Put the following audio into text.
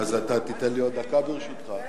אז אתה תיתן לי עוד דקה, ברשותך?